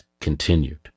continued